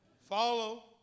Follow